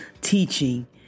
teaching